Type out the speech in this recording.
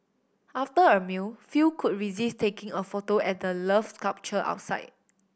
after a meal few could resist taking a photo at the Love sculpture outside